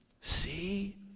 See